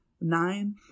Nine